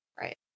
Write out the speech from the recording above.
Right